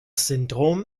syndrom